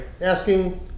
asking